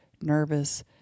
nervous